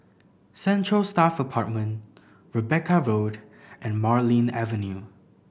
Central Staff Apartment Rebecca Road and Marlene Avenue